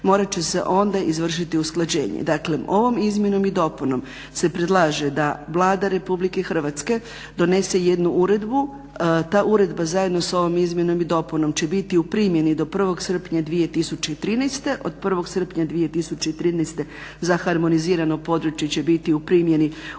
morat će se onda izvršiti usklađenje. Dakle ovom izmjenom i dopunom se predlaže da Vlada Republike Hrvatske donese jednu uredbu, ta uredba zajedno sa ovom izmjenom i dopunom će biti u primjeni do 1. srpnja 2013. Od 1. srpnja 2013. za harmonizirano područje će biti u primjeni